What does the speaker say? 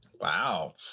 wow